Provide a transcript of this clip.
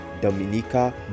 dominica